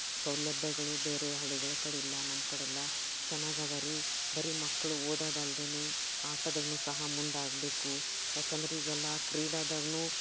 ಸೌಲಭ್ಯಗಳು ಬೇರೆ ಹಳ್ಳಿಗಳು ಕಡೆ ಇಲ್ಲ ನಮ್ಮ ಕಡೆ ಎಲ್ಲ ಚೆನ್ನಾಗಿ ಅದ ರೀ ಬರೀ ಮಕ್ಕಳು ಓದೋದು ಅಲ್ಲದೇನೇ ಆಟದಾಗ್ನೂ ಸಹ ಮುಂದಾಗಬೇಕು ಯಾಕಂದ್ರೆ ಈಗ ಎಲ್ಲ ಕ್ರೀಡೆದಾಗ್ನೂ